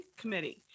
committee